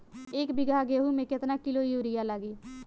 एक बीगहा गेहूं में केतना किलो युरिया लागी?